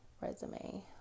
resume